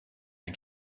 ein